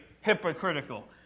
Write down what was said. hypocritical